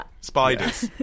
Spiders